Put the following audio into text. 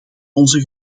onze